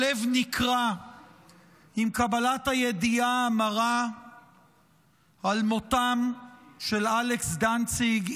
הלב נקרע עם קבלת הידיעה המרה על מותם של אלכס דנציג,